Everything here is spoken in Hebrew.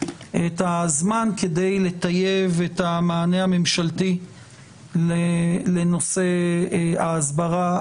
את הזמן כדי לטייב את המענה הממשלתי לנושא ההסברה,